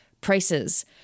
prices